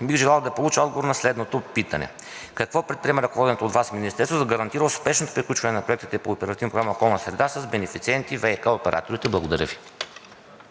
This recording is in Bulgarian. бих желал да получа отговор на следното питане: какво предприема ръководеното от Вас министерство, за да гарантира успешното приключване на проектите по Оперативна програма „Околна среда“ с бенефициенти ВиК оператори? Благодаря Ви.